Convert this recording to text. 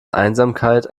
einsamkeit